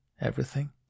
everything